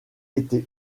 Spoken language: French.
été